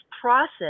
process